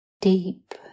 deep